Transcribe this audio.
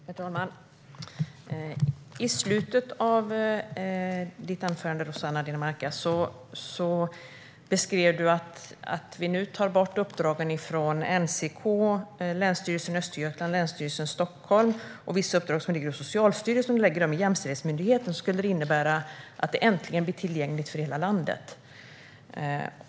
Herr talman! I slutet av ditt anförande, Rossana Dinamarca, beskrev du att vi nu tar bort uppdragen från NCK, Länsstyrelsen Östergötland och Länsstyrelsen Stockholm samt vissa uppdrag som ligger hos Socialstyrelsen och lägger dem i jämställdhetsmyndigheten. Det skulle innebära att detta äntligen blir tillgängligt för hela landet.